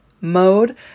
mode